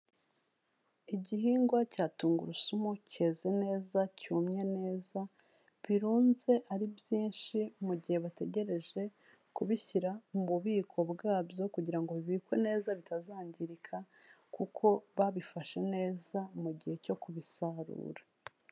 Igihingwa cya tungurusumu cyeze neza, cyumye neza, birunze ari byinshi mu gihe bategereje kubishyira mu bubiko bwabyo kugira ngo bibikwe neza bitazangirika kuko babifashe neza mu gihe cyo kubisarura.